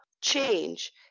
change